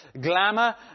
glamour